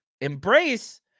Embrace